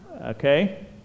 Okay